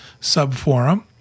subforum